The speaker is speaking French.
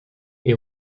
est